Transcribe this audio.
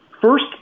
first